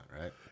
right